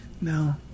No